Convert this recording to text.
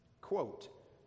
Quote